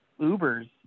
Ubers